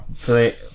play